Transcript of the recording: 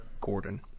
Gordon